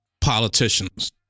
politicians